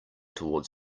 toward